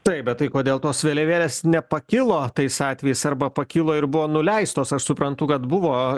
taip bet tai kodėl tos vėliavėlės nepakilo tais atvejais arba pakilo ir buvo nuleistos aš suprantu kad buvo